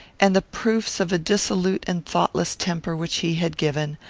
and the proofs of a dissolute and thoughtless temper which he had given,